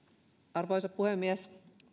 arvoisa puhemies